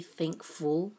thankful